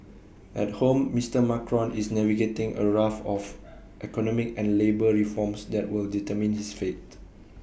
at home Mister Macron is navigating A raft of economic and labour reforms that will determine his fate